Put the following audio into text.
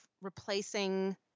replacing